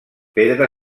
pedra